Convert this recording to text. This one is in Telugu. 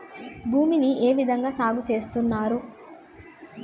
భూమిని ఏ విధంగా సాగు చేస్తున్నారు?